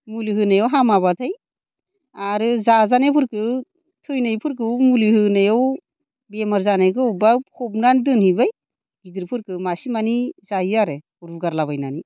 मुलि होनायाव हामाबाथाय आरो जाजानायफोरखो थैनायफोरखौ मुलि होनायाव बेमार जानायखौ बबेबा फबनानै दोनहैबाय गिदिरफोरखो मासे मानै जायो आरो रुगारलाबायनानै